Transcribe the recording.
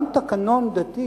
גם תקנון דתי